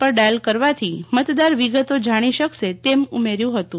પર ડાયલ કરવાથી મતદાર વિગતો જાણી શકશે તેમ ઉમેર્યું હતું